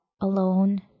alone